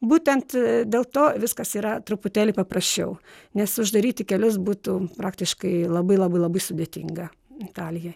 būtent dėl to viskas yra truputėlį paprasčiau nes uždaryti kelius būtų praktiškai labai labai labai sudėtinga italijoj